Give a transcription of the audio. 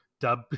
dub